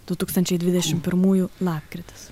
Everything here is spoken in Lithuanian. du tūkstančiai dvidešim pirmųjų lapkritis